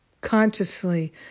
consciously